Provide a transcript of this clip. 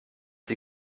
sie